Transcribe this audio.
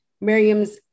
Miriam's